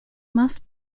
must